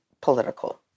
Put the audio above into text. political